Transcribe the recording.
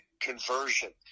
conversion